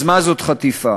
אז מה זאת חטיפה?